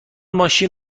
ماشین